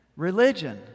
Religion